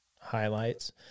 highlights